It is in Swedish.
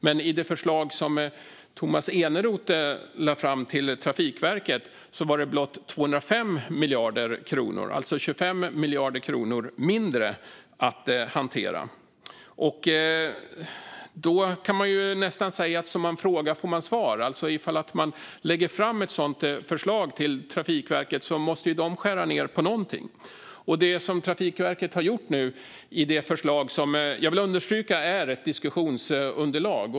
Men i det förslag som Tomas Eneroth lade fram till Trafikverket var det blott 205 miljarder kronor, alltså 25 miljarder kronor mindre, att hantera. Vi kan nästan säga: Som man frågar får man svar. Ifall man lägger fram ett sådant förslag till Trafikverket måste de skära ned på någonting. Och det har Trafikverket nu gjort i sitt förslag. Jag vill understryka att det är ett diskussionsunderlag.